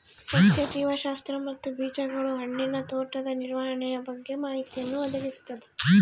ಸಸ್ಯ ಜೀವಶಾಸ್ತ್ರ ಮತ್ತು ಬೀಜಗಳು ಹಣ್ಣಿನ ತೋಟದ ನಿರ್ವಹಣೆಯ ಬಗ್ಗೆ ಮಾಹಿತಿಯನ್ನು ಒದಗಿಸ್ತದ